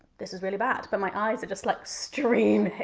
this is really bad. but my eyes are just like streaming.